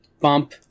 Bump